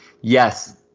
yes